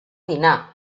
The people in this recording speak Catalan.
dinar